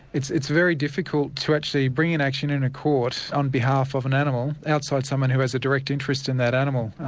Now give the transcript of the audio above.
it's it's very difficult to actually bring an action in a court on behalf of an animal outside someone who has a direct interest in that animal.